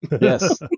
Yes